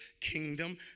kingdom